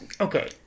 Okay